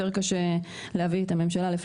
יותר קשה להביא את הממשלה ל- --,